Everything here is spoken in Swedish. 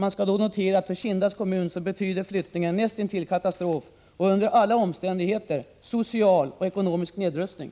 Man skall då notera att flyttningen för Kindas vidkommande betyder näst intill katastrof, och under alla omständigheter social och ekonomisk nedrustning.